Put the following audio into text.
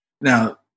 Now